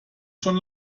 schon